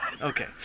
Okay